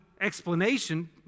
explanation